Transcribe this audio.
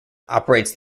operates